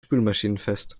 spülmaschinenfest